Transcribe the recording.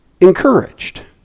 encouraged